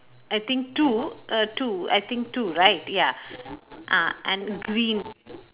I think two uh two I think two right ya ah and green